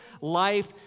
life